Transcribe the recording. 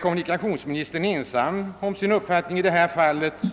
Kommunikationsministern kanske är ensam om sin uppfattning inom regeringen.